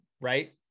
Right